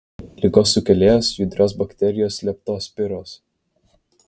ligos sukėlėjas judrios bakterijos leptospiros